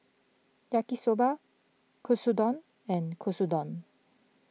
Yaki Soba Katsudon and Katsudon